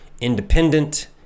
independent